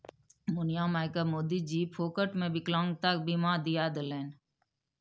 मुनिया मायकेँ मोदीजी फोकटेमे विकलांगता बीमा दिआ देलनि